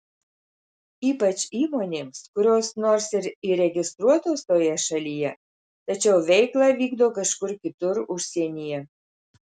ypač įmonėms kurios nors ir įregistruotos toje šalyje tačiau veiklą vykdo kažkur kitur užsienyje